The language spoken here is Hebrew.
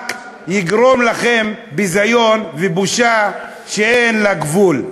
רק יגרום לכם ביזיון ובושה שאין לה גבול.